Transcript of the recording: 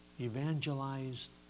evangelized